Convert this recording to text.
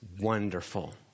wonderful